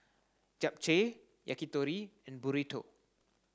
Japchae Yakitori and Burrito